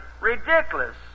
Ridiculous